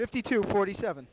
fifty to forty seven